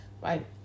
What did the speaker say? right